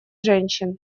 женщин